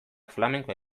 flamenkoa